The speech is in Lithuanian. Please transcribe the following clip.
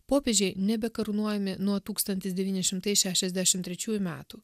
popiežiai nebe karūnuojami nuo tūkstantis devyni šimtai šešiasdešimt trečiųjų metų